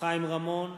חיים רמון,